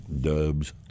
dubs